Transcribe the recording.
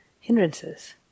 hindrances